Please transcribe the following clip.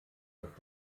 mit